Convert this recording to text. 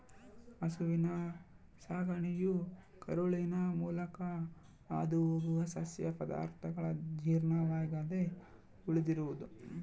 ಹಸುವಿನ ಸಗಣಿಯು ಕರುಳಿನ ಮೂಲಕ ಹಾದುಹೋಗುವ ಸಸ್ಯ ಪದಾರ್ಥಗಳ ಜೀರ್ಣವಾಗದೆ ಉಳಿದಿರುವುದು